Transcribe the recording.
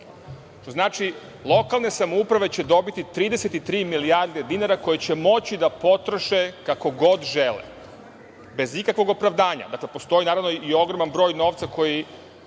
da će lokalne samouprave dobiti 33 milijarde dinara koje će moći da potroše kako god žele, bez ikakvog opravdanja. Dakle, postoji i ogroman broj novca koji